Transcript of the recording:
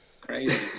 crazy